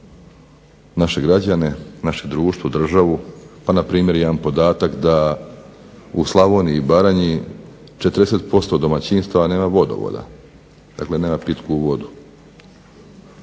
naše građane, naše društvo, državu, pa na primjer i jedan podatak da u Slavoniji i Baranji 40% domaćinstava nema vodovoda. Dakle, nema pitku vodu.